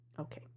Okay